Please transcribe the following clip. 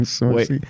Wait